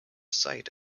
site